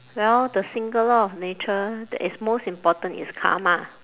well the single law of nature that is most important is karma